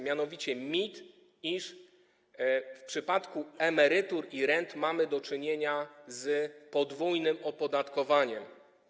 Mianowicie mit, iż w przypadku emerytur i rent mamy do czynienia z podwójnym opodatkowaniem.